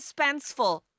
suspenseful